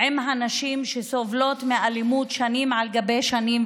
עם הנשים שסובלות מאלימות שנים על גבי שנים,